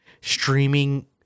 streaming